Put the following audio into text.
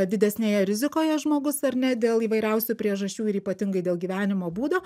didesnėje rizikoje žmogus ar ne dėl įvairiausių priežasčių ir ypatingai dėl gyvenimo būdo